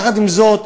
יחד עם זאת,